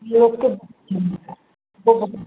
यह तो तो बहुत